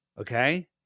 Okay